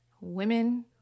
Women